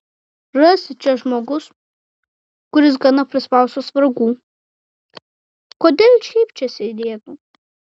rasi čia žmogus kuris gana prispaustas vargų kodėl šiaip čia sėdėtų